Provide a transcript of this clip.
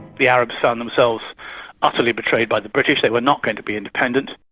the arabs found themselves utterly betrayed by the british. they were not going to be independent.